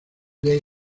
lake